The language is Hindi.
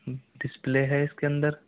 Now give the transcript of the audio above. डिस्प्ले है इस के अंदर